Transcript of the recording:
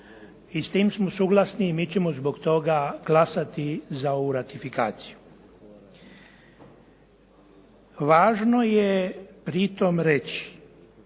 i s time smo suglasni i mi ćemo zbog toga glasati za ovu ratifikaciju. Važno je pri tome reći